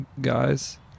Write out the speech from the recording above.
guys